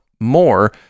more